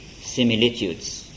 similitudes